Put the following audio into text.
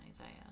Isaiah